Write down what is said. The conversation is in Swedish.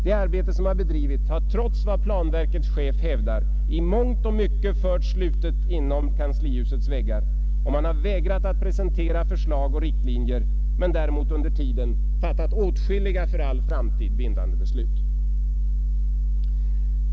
Det arbete som bedrivits har trots vad planverkets chef hävdar i mångt och mycket förts slutet inom kanslihusets väggar och man har vägrat att presentera förslag och riktlinjer men däremot under tiden fattat åtskilliga för all framtid bindande beslut.